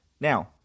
Now